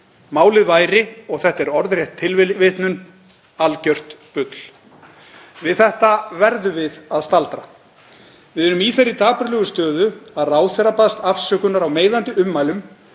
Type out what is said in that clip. Málið væri því, og þetta er orðrétt tilvitnun: Algjört bull. Við þetta verðum við að staldra. Við erum í þeirri dapurlegu stöðu að ráðherra baðst afsökunar á meiðandi ummælum